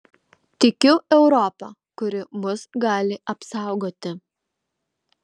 tikiu europa kuri mus gali apsaugoti